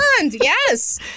Yes